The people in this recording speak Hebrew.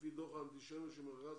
לפי דוח האנטישמיות של מרכז